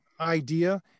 idea